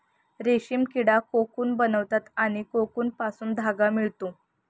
रेशीम किडा कोकून बनवतात आणि कोकूनपासून धागा मिळतो